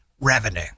revenue